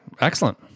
excellent